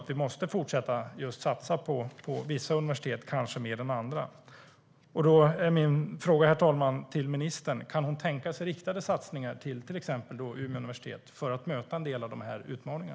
Vi måste fortsätta att satsa mer på vissa universitet än på andra. Då är min fråga till ministern: Kan ministern tänka sig riktade satsningar till exempelvis Umeå universitet för att möta en del av dessa utmaningar?